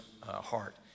heart